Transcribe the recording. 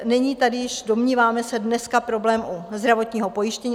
Není tady již, domníváme se, dneska problém u zdravotního pojištění.